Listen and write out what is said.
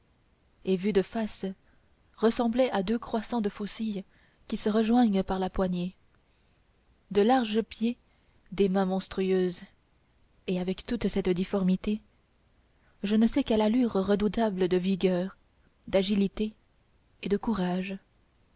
et vues de face ressemblaient à deux croissants de faucilles qui se rejoignent par la poignée de larges pieds des mains monstrueuses et avec toute cette difformité je ne sais quelle allure redoutable de vigueur d'agilité et de courage